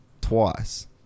twice